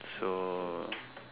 so